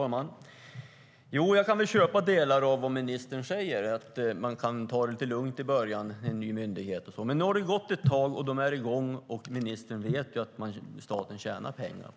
Herr talman! Jag kan väl köpa delar av vad ministern säger. Man kan ta det lite lugnt i början med en ny myndighet. Men nu har det gått ett tag, och den är i gång. Ministern vet att staten kan spara pengar